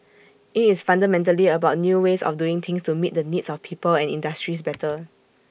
IT is fundamentally about new ways of doing things to meet the needs of people and industries better